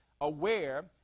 aware